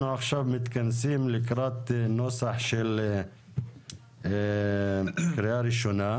אנחנו עכשיו מתכנסים לקראת נוסח של קריאה ראשונה,